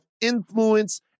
influence